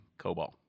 COBOL